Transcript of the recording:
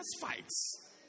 fights